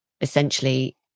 essentially